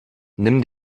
nimm